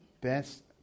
best